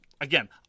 again